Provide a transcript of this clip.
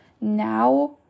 now